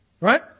Right